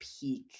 peak